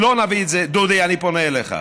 דודי, אני פונה אליך.